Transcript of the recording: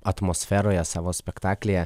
atmosferoje savo spektaklyje